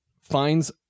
finds